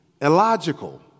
illogical